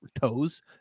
toes